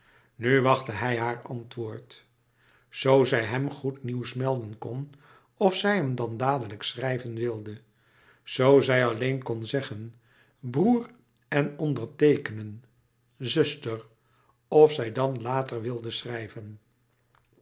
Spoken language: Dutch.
nu wachtte hij haar antwoord zoo zij hem goed nieuws melden kon of zij hem dan dadelijk schrijven wilde zoo zij alleen kon zeggen broêr en onderteekenen zuster of zij dan later wilde schrijven